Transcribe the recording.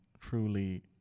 truly